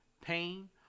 pain